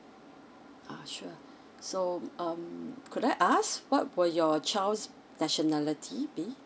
uh sure so um could I ask what will your child's nationality be